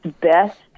best